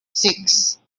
six